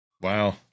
Wow